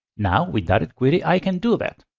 now with directquery, i can do that.